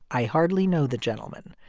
i hardly know the gentleman.